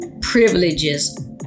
privileges